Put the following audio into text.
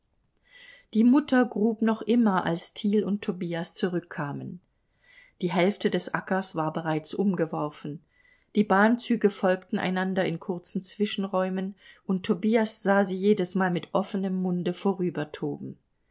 die mutter grub noch immer als thiel und tobias zurückkamen die hälfte des ackers war bereits umgeworfen die bahnzüge folgten einander in kurzen zwischenräumen und tobias sah sie jedesmal mit offenem munde